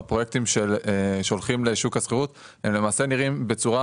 הפרויקטים שהולכים לשוק השכירות נראים בצורה